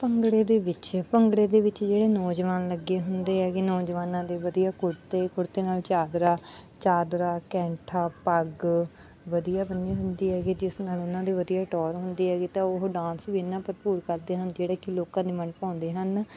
ਭੰਗੜੇ ਦੇ ਵਿੱਚ ਭੰਗੜੇ ਦੇ ਵਿੱਚ ਜਿਹੜੇ ਨੌਜਵਾਨ ਲੱਗੇ ਹੁੰਦੇ ਹੈਗੇ ਨੌਜਵਾਨਾਂ ਦੇ ਵਧੀਆ ਕੁੜਤੇ ਕੁੜਤੇ ਨਾਲ ਚਾਦਰਾ ਚਾਦਰਾ ਕੈਂਠਾ ਪੱਗ ਵਧੀਆ ਬੰਨ੍ਹੀ ਹੁੰਦੀ ਹੈਗੀ ਜਿਸ ਨਾਲ ਉਹਨਾਂ ਦੇ ਵਧੀਆ ਟੌਹਰ ਹੁੰਦੀ ਹੈਗੀ ਤਾਂ ਉਹ ਡਾਂਸ ਵੀ ਇੰਨਾ ਭਰਪੂਰ ਕਰਦੇ ਹਨ ਜਿਹੜੇ ਕਿ ਲੋਕਾਂ ਨੇ ਮਨ ਭਾਉਂਦੇ ਹਨ